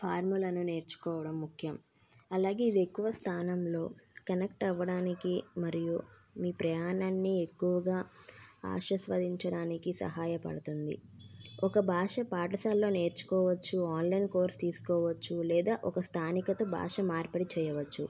ఫార్ములాను నేర్చుకోవడం ముఖ్యం అలాగే ఇది ఎక్కువ స్థానంలో కనెక్ట్ అవ్వడానికి మరియు మీ ప్రయాణాన్ని ఎక్కువగా ఆశిస్వదించడానికి సహాయపడుతుంది ఒక భాష పాఠశాలలో నేర్చుకోవచ్చు ఆన్లైన్ కోర్స్ తీసుకోవచ్చు లేదా ఒక స్థానికత భాషను మార్పిడి చేయవచ్చు